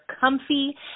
comfy